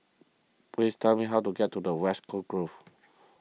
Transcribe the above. please tell me how to get to the West Coast Grove